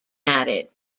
added